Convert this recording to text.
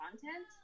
content